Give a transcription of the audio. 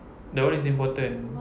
that one is important